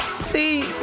See